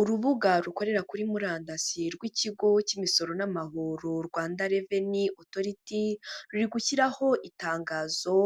Urubuga rukorera kuri murandasiye rw'ikigo K'imisoro n'amahoro, Rwanda Revenue Authority, ruri gushyiraho itangazo